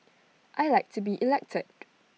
I Like to be elected